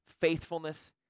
faithfulness